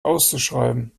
auszuschreiben